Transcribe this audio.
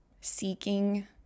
seeking